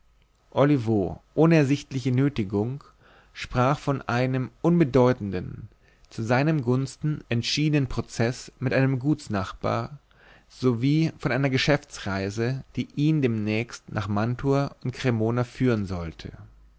olivo ohne ersichtliche nötigung sprach von einem unbedeutenden zu seinen gunsten entschiedenen prozeß mit einem gutsnachbar sowie von einer geschäftsreise die ihn demnächst nach mantua und cremona führen sollte